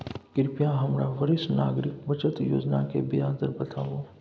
कृपया हमरा वरिष्ठ नागरिक बचत योजना के ब्याज दर बताबू